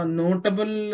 notable